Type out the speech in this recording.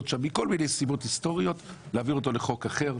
שם מכל מיני סיבות היסטוריות להעביר אותו לחוק אחר.